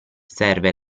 serve